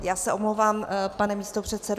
Já se omlouvám, pane místopředsedo.